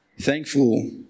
thankful